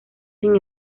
sin